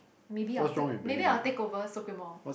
maybe I will took maybe I will take over Socremo